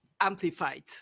amplified